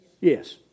Yes